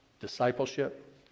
discipleship